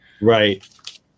Right